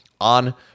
on